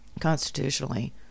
constitutionally